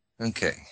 Okay